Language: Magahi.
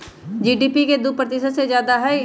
जी.डी.पी के दु प्रतिशत से जादा हई